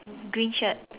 green shirt